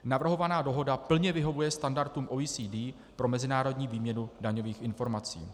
Navrhovaná dohoda plně vyhovuje standardům OECD pro mezinárodní výměnu daňových informací.